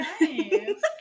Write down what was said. nice